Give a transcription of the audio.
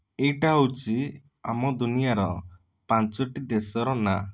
ଏଇଟା ହେଉଛି ଆମ ଦୁନିଆର ପାଞ୍ଚଟି ଦେଶର ନାଁ